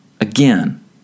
Again